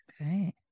Okay